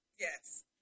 Yes